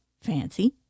Fancy